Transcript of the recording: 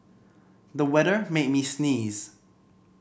the weather made me sneeze